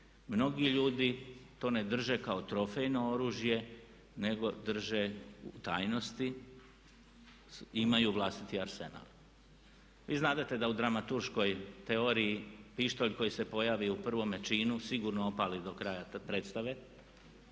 Mnogi ljudi to ne drže kao trofejno oružje nego drže u tajnosti, imaju vlastiti arsenal. Vi znadete da u dramaturškoj teoriji pištolj koji se pojavi u prvome činu sigurno opali do kraja predstave,